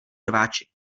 rváči